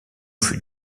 fut